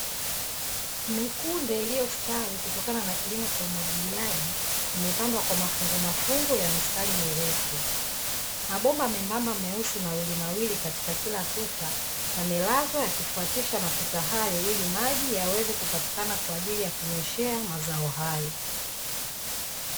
Mikunde iliyostawi kutokana na kilimo cha umwagiliaji, imepandwa kwa mafungu mafungu ya mistari mirefu. Mabomba mwembamba mweusi mawili mawili katika kila tatu yamelazwa yakifuatisha matuta hayo, ili maji yaweze kupatikana kwa ajili ya kunyeshea mazao hayo.